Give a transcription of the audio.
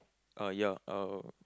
uh ya uh